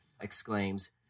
exclaims